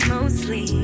Mostly